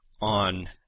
on